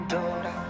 Dora